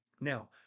Now